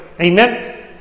Amen